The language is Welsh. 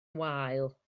wael